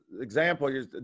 example